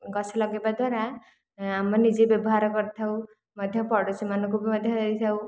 ଗଛ ଲଗାଇବା ଦ୍ୱାରା ଆମ ନିଜେ ବ୍ୟବହାର କରିଥାଉ ମଧ୍ୟ ପଡ଼ୋଶୀମାନଙ୍କୁ ବି ମଧ୍ୟ ଦେଇଥାଉ